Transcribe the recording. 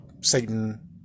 Satan